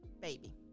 baby